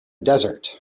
desert